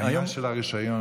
העניין של הרישיון.